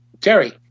Terry